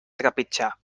trepitjar